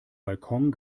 balkon